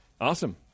Awesome